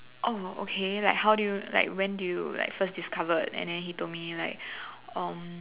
oh okay like how do you like when did you like first discovered and then he told me like um